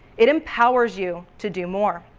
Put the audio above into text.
it empowers you to do more.